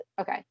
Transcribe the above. okay